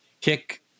kick